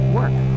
work